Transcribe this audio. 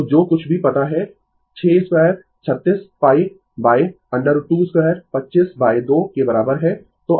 तो जो कुछ भी पता है 6236π √22 25 2 के बराबर है